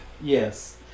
Yes